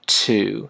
two